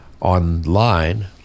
online